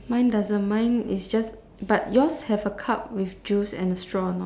mine doesn't mine is just but yours have a cup with juice and a straw or not